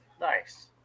nice